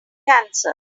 cancer